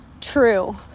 true